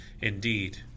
Indeed